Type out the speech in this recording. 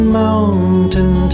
mountain